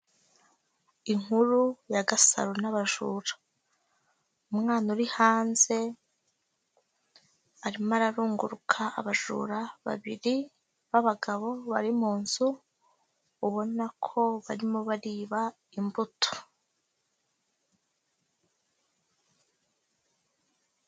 Inkuru ya Gasaro n'abajura. Umwana uri hanze arimo ararunguruka abajura babiri b'abagabo bari mu nzu ubona ko barimo bariba imbuto.